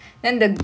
ah